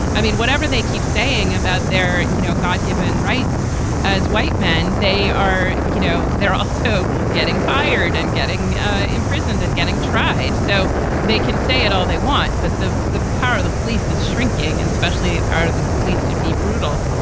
i mean, whatever they keep saying about their, you know, god given rights as white men, they are you know, they're also getting fired and getting ah imprisoned and getting tried so they can say it all they want. but the the power of the police is shrinking and especially power to the police to be brutal.